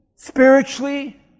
spiritually